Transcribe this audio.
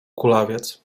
kulawiec